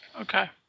Okay